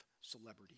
celebrity